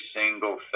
single